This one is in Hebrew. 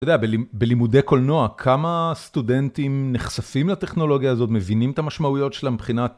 אתה יודע, בלימודי קולנוע, כמה סטודנטים נחשפים לטכנולוגיה הזאת, מבינים את המשמעויות שלה מבחינת...